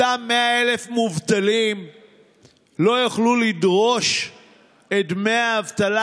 אותם 100,000 מובטלים לא יוכלו לדרוש את דמי האבטלה